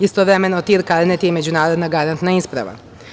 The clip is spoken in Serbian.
Istovremeno, TIR karnet je i međunarodna garantna isprava.